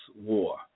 war